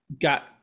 got